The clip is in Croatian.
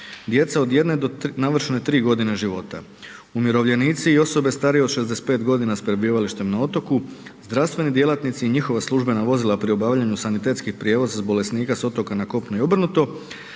Djeca od 1 do navršene 3 g. života. Umirovljenici i osobe starije od 65 g. s prebivalištem na otoku, zdravstveni djelatnici i njihova službena vozila pri obavljanju sanitetskog prijevoza bolesnika s otoka na kopno i obrnuto,